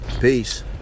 Peace